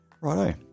Righto